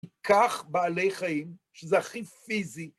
כך בעלי חיים, שזה הכי פיזי.